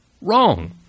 wrong